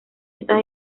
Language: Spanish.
estas